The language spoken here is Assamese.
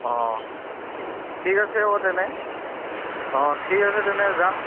অ ঠিক আছে আকৌ তেনে অ ঠিক আছে তেনে যাম